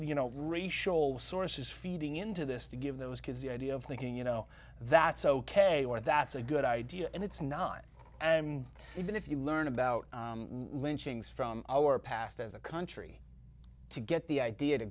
you know racial source is feeding into this to give those kids the idea of thinking you know that's ok or that's a good idea and it's not and even if you learn about lynchings from our past as a country to get the idea to